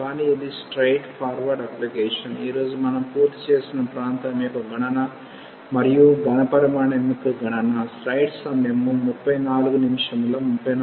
కానీ ఇది straight forward application ఈ రోజు మనం పూర్తి చేసిన ప్రాంతం యొక్క గణన మరియు ఘాన పరిమాణం యొక్క గణన